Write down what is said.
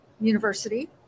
university